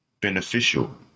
beneficial